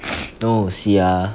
no see ah